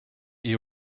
you